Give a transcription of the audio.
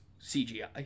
CGI